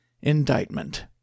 indictment